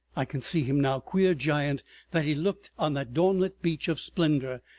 i can see him now, queer giant that he looked on that dawnlit beach of splendor,